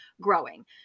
growing